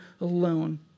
alone